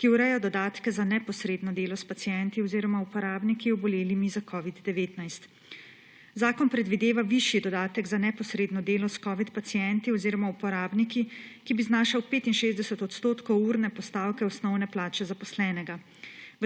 ki ureja dodatke za neposredno delo s pacienti oziroma uporabniki, obolelimi za covid-19. Zakon predvideva višji dodatek za neposredno delo s covid pacienti oziroma uporabniki, ki bi znašal 65 odstotkov urne postavke osnovne plače zaposlenega.